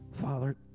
Father